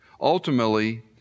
Ultimately